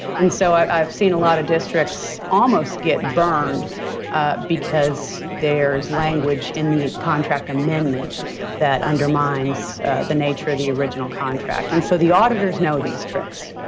and so, i've seen a lot of districts almost get burned because there's language in the contract amendment that undermines the nature of the original contract, and so, the auditors know these tricks.